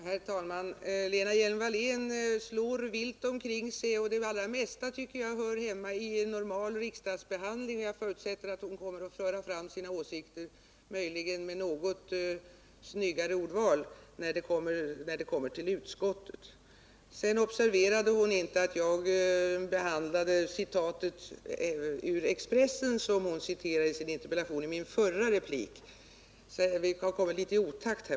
Herr talman! Lena Hjelm-Wallén slår vilt omkring sig. Jag tycker att det allra mesta av det hon säger hör hemma i en normal riksdagsbehandling av frågan. Jag förutsätter att hon kommer att föra fram sina åsikter — möjligen med något snyggare ordval — när frågan behandlas i utskottet. Lena Hjelm-Wallén observerade tydligen inte att jag i min förra replik tog upp det citat ur Expressen som hon anför i sin interpellation, så vi har nog kommit litet i otakt.